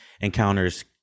encounters